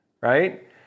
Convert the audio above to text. right